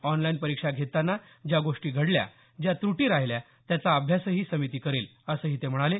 online परीक्षा घेताना ज्या गोष्टी घडल्या ज्या त्रटी राहिल्या त्याचा अभ्यासही समिती करेल असं ते म्हणाले